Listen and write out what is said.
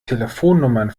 telefonnummern